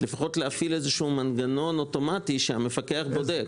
לפחות להפעיל איזשהו מנגנון אוטומטי שהמפקח בודק.